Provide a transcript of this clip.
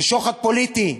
זה שוחד פוליטי.